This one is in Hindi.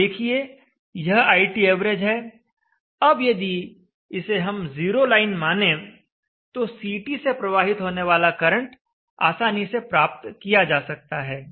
आप देखिए यह iTav है अब यदि इसे हम जीरो लाइन माने तो CT से प्रवाहित होने वाला करंट आसानी से प्राप्त किया जा सकता है